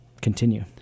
continue